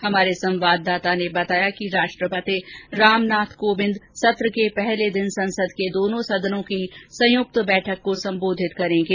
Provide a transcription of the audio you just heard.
हमारे संवाददाता ने बताया है कि राष्ट्रपति रामनाथ कोविंद सत्र के पहले दिन संसद के दोनों सदनों की संयुक्त बैठक को संबोधित करेंगे